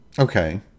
Okay